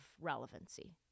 relevancy